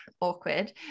Awkward